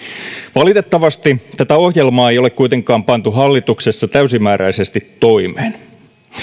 valitettavasti tätä ohjelmaa ei ole kuitenkaan pantu hallituksessa täysimääräisesti toimeen